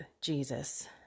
Jesus